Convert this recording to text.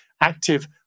active